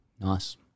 Nice